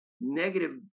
negative